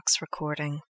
recording